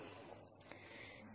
இது நிலையான வேகத்தில் பாய்கிறது